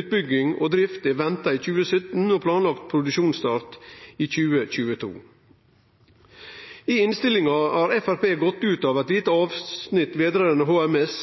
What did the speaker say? utbygging og drift er venta i 2017, og planlagd produksjonsstart er i 2022. I innstillinga har Framstegspartiet gått ut av eit lite avsnitt som gjeld HMS,